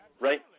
right